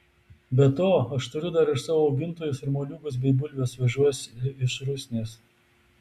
be to aš turiu dar ir savo augintojus ir moliūgus bei bulves vežuosi iš rusnės